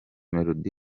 melody